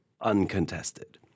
uncontested